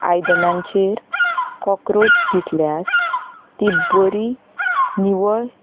आयदनांचेर cockroach दिसल्यार तीं बरी निवळ